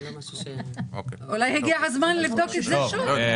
זה לא משהו --- אולי הגיע הזמן לבדוק את זה שוב.